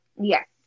Yes